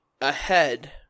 ahead